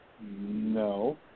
no